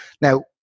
Now